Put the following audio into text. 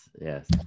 yes